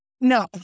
No